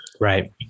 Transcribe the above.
Right